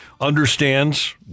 understands